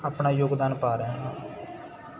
ਆਪਣਾ ਯੋਗਦਾਨ ਪਾ ਰਿਹਾ ਹਾਂ